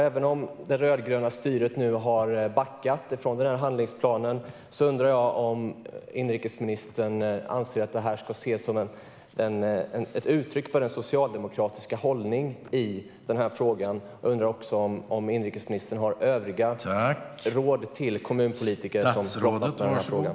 Även om det rödgröna styret nu har backat från den här handlingsplanen undrar jag om inrikesministern anser att den ska ses som ett uttryck för den socialdemokratiska hållningen i den här frågan. Jag undrar också om inrikesministern har några övriga råd till kommunpolitiker som brottas med den här frågan.